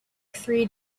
three